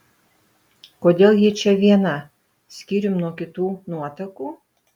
kodėl ji čia viena skyrium nuo kitų nuotakų